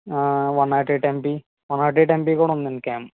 one naught eight MP one naught eight MP కూడా ఉందండీ cam